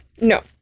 No